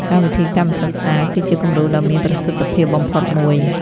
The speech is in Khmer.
កម្មវិធីកម្មសិក្សា គឺជាគំរូដ៏មានប្រសិទ្ធភាពបំផុតមួយ។